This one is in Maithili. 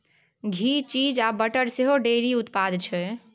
घी, चीज आ बटर सेहो डेयरी उत्पाद छै